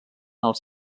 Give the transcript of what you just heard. els